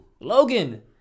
Logan